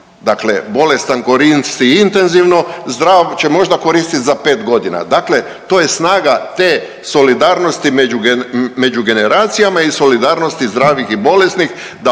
Dakle, bolestan koristi intenzivno, zdrav će možda koristit za pet godina, dakle to je snaga te solidarnosti među generacijama i solidarnosti zdravih i bolesnih da opstaje